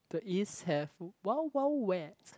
the east have Wild-Wild-Wet